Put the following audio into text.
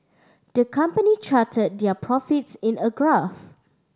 the company charted their profits in a graph